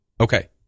Okay